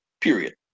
Period